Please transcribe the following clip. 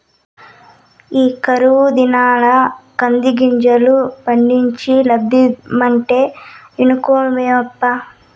ఈ కరువు దినాల్ల కందిగింజలు పండించి లాబ్బడమంటే ఇనుకోవేమప్పా